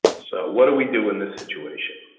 so what do we do in this situation?